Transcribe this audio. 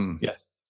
Yes